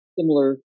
similar